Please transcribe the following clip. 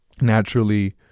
naturally